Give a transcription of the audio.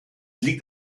liegt